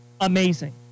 amazing